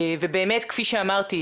ובאמת כפי שאמרתי,